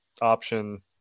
option